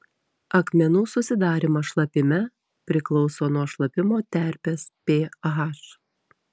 akmenų susidarymas šlapime priklauso nuo šlapimo terpės ph